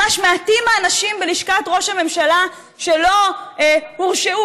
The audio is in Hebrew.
ממש מעטים האנשים בלשכת ראש הממשלה שלא הורשעו